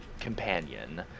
companion